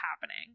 happening